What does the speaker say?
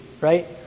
right